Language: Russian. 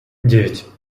девять